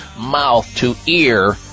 mouth-to-ear